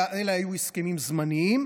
אלה היו הסכמים זמניים.